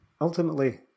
ultimately